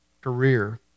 career